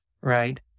Right